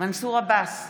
מנסור עבאס,